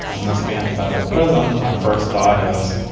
and so and federal prison, my first thought is,